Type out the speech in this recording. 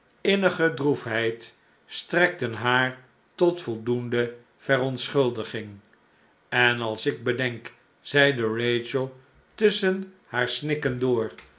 innige droefheid strekten haar tot voldoende verontschuldiging en als ik bedenk zeide rachel tusschen haar snikken door